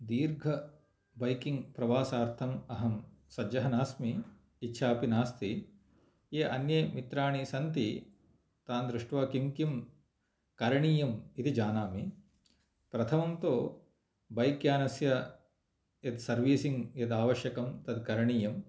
दीर्घ बैकिङ्ग् प्रवासार्थम् अहं सज्जः नास्मि इच्छापि नास्ति ये अन्ये मित्राणि सन्ति तां दृष्वा किं किं करणीयम् इति जानामि प्रथमं तु बैक्यानस्य यद् सर्विसिङ्ग् यद् आवश्यकं तत् करणीयम्